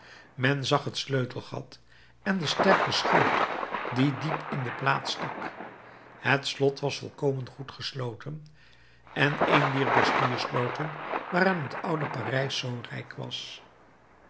men zag het sleutelgat en den sterken schoot die diep in de plaat stak het slot was volkomen goed gesloten en een dier bastillesloten waaraan het oude parijs zoo rijk was